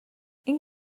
این